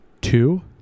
Two